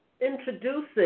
introducing